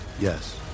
Yes